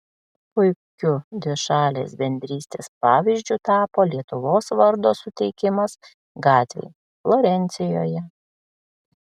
puikiu dvišalės bendrystės pavyzdžiu tapo lietuvos vardo suteikimas gatvei florencijoje